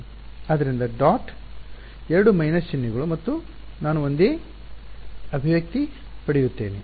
ಆದ್ದರಿಂದ dot 2 minus ಚಿಹ್ನೆಗಳು ಮತ್ತು ನಾನು ಒಂದೇ ಅಭಿವ್ಯಕ್ತಿ ಪಡೆಯುತ್ತೇನೆ